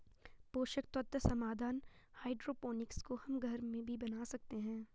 पोषक तत्व समाधान हाइड्रोपोनिक्स को हम घर में भी बना सकते हैं